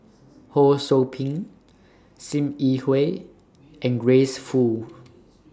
Ho SOU Ping SIM Yi Hui and Grace Fu